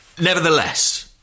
nevertheless